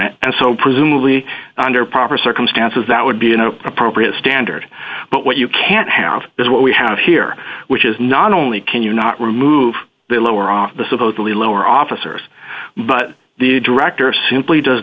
it and so presumably under proper circumstances that would be an appropriate standard but what you can't have is what we have here which is not only can you not remove the lower on the supposedly lower officers but the director simply does